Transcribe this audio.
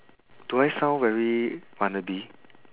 do I sound very wanna be